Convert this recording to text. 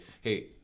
hey